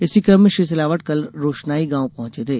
इसी क्रम में श्री सिलावट कल रोशनाई गाँव पहुँचे थे